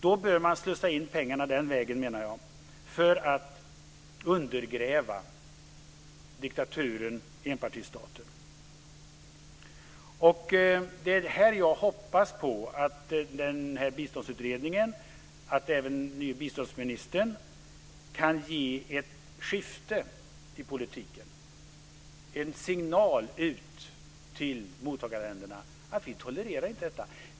Då bör man slussa in pengarna den vägen, för att undergräva diktaturen och enpartistaten. Det är här jag hoppas att Biståndsutredningen och även den nye biståndsministern kan ge ett skifte i politiken, en signal ut till mottagarländerna att vi inte tolererar detta.